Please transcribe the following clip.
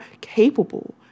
capable